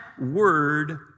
word